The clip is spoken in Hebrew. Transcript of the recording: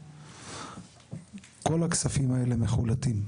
כל הכספים האלה מחולטים.